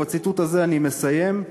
ובציטוט הזה אני מסיים,